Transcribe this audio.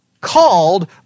called